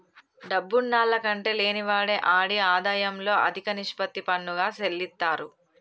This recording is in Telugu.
డబ్బున్నాల్ల కంటే లేనివాడే ఆడి ఆదాయంలో అదిక నిష్పత్తి పన్నుగా సెల్లిత్తారు